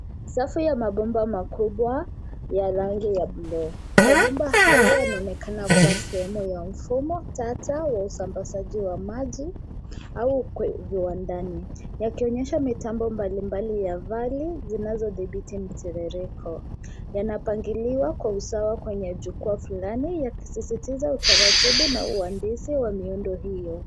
Safu ya mabomba makubwa ya rangi ya bluu. Mbomba hayo yanaonekana kuwa sehemu ya mfumo tata wa usambazaji wa maji au kwenye viwandani yakionyesha mitambo mbalimbali ya vali zinazodhibiti mtiriko. Yanapangiliwa kwa usawa kwenye jukwaa fulani ya yakisisitiza utaratibu na uandishi wa miundo hiyo.